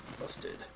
busted